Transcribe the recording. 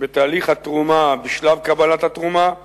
בתהליך התרומה בשלב קבלת התרומה וייעודה,